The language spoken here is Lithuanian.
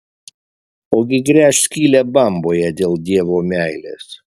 ogi gręš skylę bamboje dėl dievo meilės